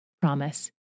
promise